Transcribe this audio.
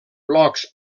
blocs